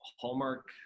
Hallmark